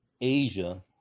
asia